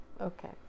okay